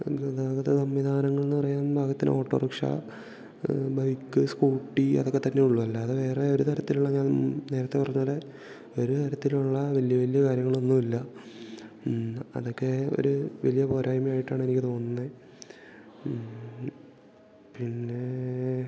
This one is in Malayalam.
ഗതാഗത സംവിധാനങ്ങൾ എന്ന് പറയാൻ പാകത്തിന് ഓട്ടോറിക്ഷ ബൈക്ക് സ്കൂട്ടി അതൊക്കെ തന്നെയുള്ളൂ അല്ലാതെ വേറെ ഒര് തരത്തിലുള്ള ഞാൻ നേരത്തെ പറഞ്ഞ പോലെ ഒര് തരത്തിലുള്ള വലിയ വലിയ കാര്യങ്ങളൊന്നും ഇല്ല അതൊക്കെ ഒര് വലിയ പോരായ്മയായിട്ടാണെനിക്ക് തോന്നുന്നത് പിന്നേ